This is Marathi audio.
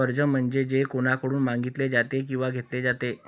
कर्ज म्हणजे जे कोणाकडून मागितले जाते किंवा घेतले जाते